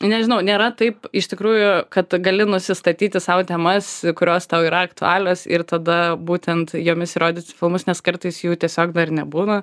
nežinau nėra taip iš tikrųjų kad gali nusistatyti sau temas kurios tau yra aktualios ir tada būtent jomis ir rodyti filmus nes kartais jų tiesiog dar nebūna